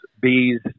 bees